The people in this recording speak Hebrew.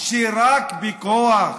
שרק בכוח